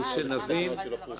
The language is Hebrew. השרה מעבירה את זה לרשומות.